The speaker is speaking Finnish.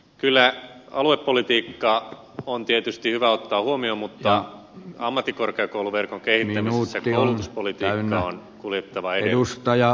kyllä aluepolitiikka on tietysti hyvä ottaa huomioon mutta ammattikorkeakouluverkon kehittämisessä koulutuspolitiikan on kuljettava edellä